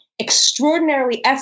extraordinarily